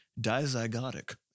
dizygotic